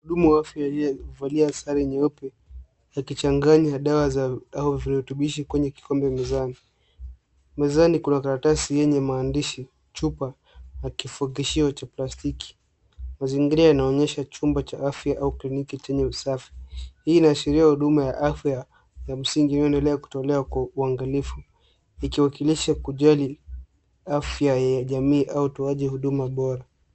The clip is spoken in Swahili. Chumba safi cha huduma za jamii kimefunikwa kwa kitambaa cheupe cha matibabu juu ya meza ya dawa au vifaa vya tiba. Mezani kuna karatasi yenye maandishi, chupa na kifungashio cha plastiki. Mazingira yanaonyesha chumba cha afya au kliniki chenye usafi, kikiashiria kuwa huduma za afya zinatolewa kwa umakini. Hii pia inaonyesha kujali afya ya jamii na utoaji wa huduma bora.